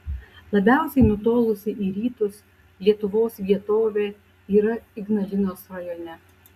labiausiai nutolusi į rytus lietuvos vietovė yra ignalinos rajone